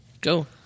Go